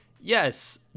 yes